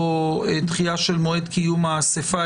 או כי לא ניתן להכריע בדבר סיכויי קיומו של תנאי בחוב מותנה,